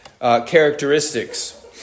characteristics